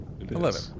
Eleven